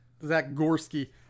Zagorski